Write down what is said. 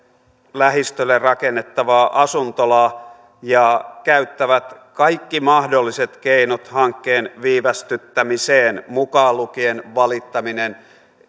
lähistölle rakennettavaa asuntolaa ja käyttävät kaikki mahdolliset keinot hankkeen viivästyttämiseen mukaan lukien valittaminen